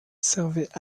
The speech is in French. servait